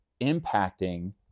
impacting